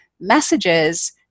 messages